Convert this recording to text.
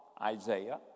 Isaiah